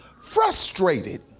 frustrated